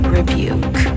Rebuke